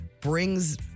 brings